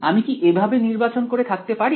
আমি কি এভাবে নির্বাচন করে থাকতে পারি